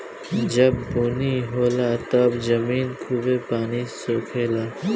जब बुनी होला तब जमीन खूबे पानी सोखे ला